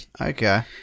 Okay